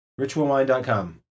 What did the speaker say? Ritualwine.com